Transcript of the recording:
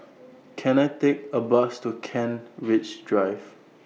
Can I Take A Bus to Kent Ridge Drive